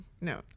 no